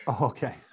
Okay